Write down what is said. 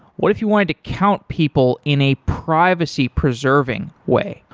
what if you wanted to count people in a privacy preserving way?